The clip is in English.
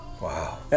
Wow